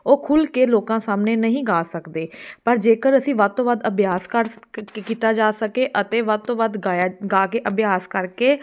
ਉਹ ਖੁੱਲ੍ਹ ਕੇ ਲੋਕਾਂ ਸਾਹਮਣੇ ਨਹੀਂ ਗਾ ਸਕਦੇ ਪਰ ਜੇਕਰ ਅਸੀਂ ਵੱਧ ਤੋਂ ਵੱਧ ਅਭਿਆਸ ਕਰ ਕੀਤਾ ਜਾ ਸਕੇ ਅਤੇ ਵੱਧ ਤੋਂ ਵੱਧ ਗਾਇਆ ਗਾ ਕੇ ਅਭਿਆਸ ਕਰਕੇ